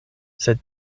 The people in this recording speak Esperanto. sed